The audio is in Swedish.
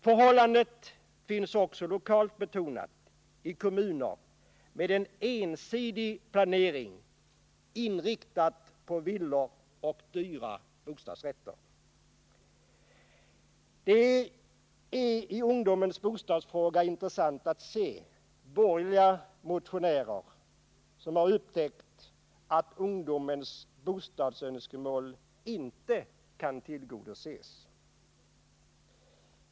Förhållandet finns också lokalt betonat i kommuner med en ensidig planering inriktad på villor och dyra bostadsrätter. I frågan om ungdomens bostadsproblem är det intressant att konstatera att borgerliga motionärer upptäckt att ungdomens önskemål när det gäller bostad inte kan tillgodoses.